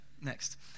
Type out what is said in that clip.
next